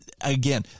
again